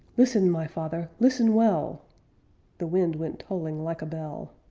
listen, my father, listen well the wind went tolling like a bell